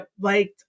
liked